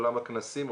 עולם הכנסים,